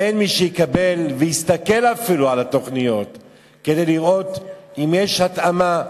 אין מי שיקבל ויסתכל אפילו על התוכניות כדי לראות אם יש התאמה,